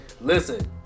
Listen